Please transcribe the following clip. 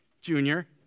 Junior